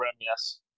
yes